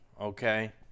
okay